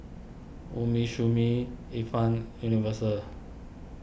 Umisumi Ifan Universal